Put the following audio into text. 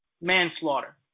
Manslaughter